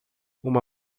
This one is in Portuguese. uma